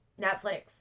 Netflix